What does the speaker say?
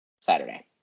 Saturday